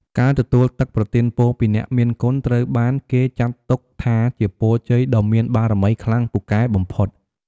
ការទទួលទឹកប្រទានពរពីអ្នកមានគុណត្រូវបានគេចាត់ទុកថាជាពរជ័យដ៏មានបារមីខ្លាំងពូកែបំផុត។